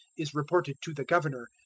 is reported to the governor,